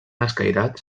escairats